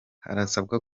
harasabwa